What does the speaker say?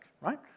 right